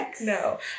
No